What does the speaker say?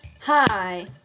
Hi